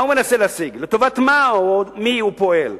לטובת מה או מי הוא פועל?